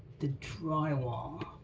the drywall.